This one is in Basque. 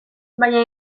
baina